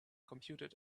computed